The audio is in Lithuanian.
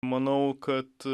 manau kad